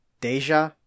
Deja